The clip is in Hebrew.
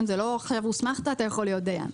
זה לא שהוסמכת ואתה יכול להיות דיין.